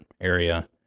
area